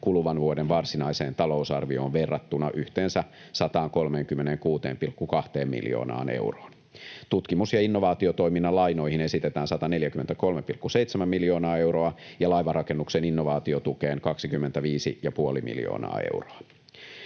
kuluvan vuoden varsinaiseen talousarvioon verrattuna yhteensä 136,2 miljoonaan euroon. Tutkimus- ja innovaatiotoiminnan lainoihin esitetään 143,7 miljoonaa euroa ja laivanrakennuksen innovaatiotukeen 25,5 miljoonaa euroa.